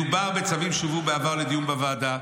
מדובר בצווים שהובאו בעבר לדיון בוועדה,